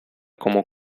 como